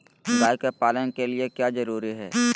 गाय के पालन के लिए क्या जरूरी है?